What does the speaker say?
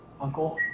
uncle